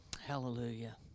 Hallelujah